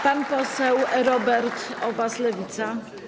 Pan poseł Robert Obaz, Lewica.